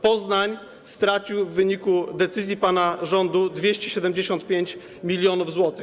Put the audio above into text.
Poznań stracił w wyniku decyzji pana rządu 275 mln zł.